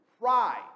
pride